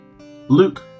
Luke